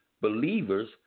believers